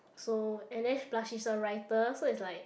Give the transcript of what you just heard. so and then plus she's a writer so it's like